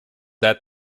that